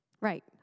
Right